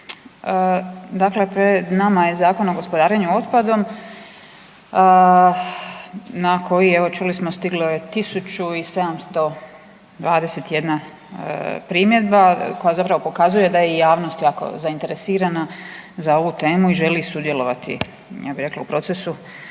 dakle pred nama je Zakon o gospodarenju otpadom na koji je evo čuli smo stiglo je 1721 primjedba koja zapravo pokazuje da je i javnost jako zainteresirana za ovu temu i želi sudjelovati ja bi rekla u procesu